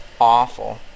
awful